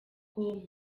com